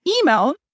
email